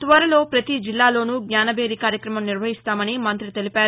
త్వరలో ప్రతి జిల్లాలోనూ జ్ఞానభేరి కార్యక్రమం నిర్వహిస్తామని మంత్ర తెలిపారు